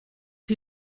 chi